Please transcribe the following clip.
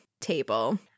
table